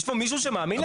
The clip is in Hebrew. יש פה מישהו שמאמין לזה?